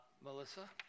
Melissa